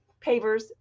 pavers